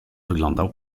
wyglądał